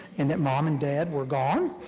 and that mom and dad were gone,